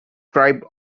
tribe